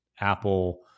Apple